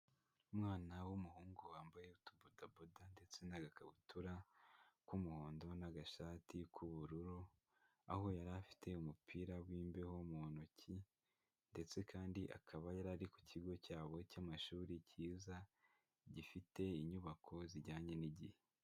Umwana w'umuhungu wambaye utubodaboda ndetse n'agakabutura k'umuhondo n'agashati k'ubururu, aho yari afite umupira w'imbeho mu ntoki ndetse kandi akaba yari ku kigo cyabo cy'amashuri cyiza, gifite inyubako zijyanye n'igihe.